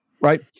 Right